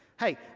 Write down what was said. hey